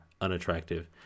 unattractive